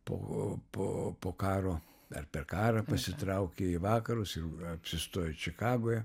po po po karo ar per karą pasitraukė į vakarus ir apsistojo čikagoje